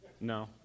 No